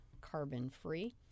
carbon-free